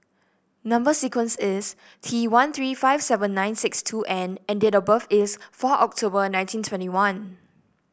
number sequence is T one three five seven nine six two N and date of birth is four October nineteen twenty one